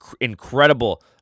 incredible